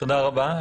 תודה רבה.